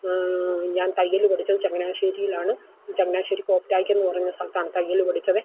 ഞാൻ തയ്യൽ പഠിച്ചത് ചങ്ങനാശ്ശേരിയിലാണ് ചങ്ങനാശ്ശേരി കോപ്റ്റായ്ക്കെന്ന് പറഞ്ഞ സ്ഥലത്താണ് തയ്യൽ പഠിച്ചത്